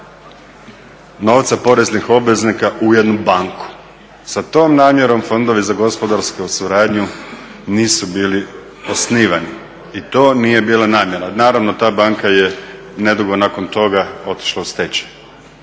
novca poreznih obveznika u jednu banku. Sa tom namjerom fondovi za gospodarsku suradnju nisu bili osnivani i to nije bila namjera. Naravno, ta banka je nedugo nakon toga otišla u stečaj.